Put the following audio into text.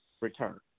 Return